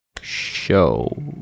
show